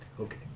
Okay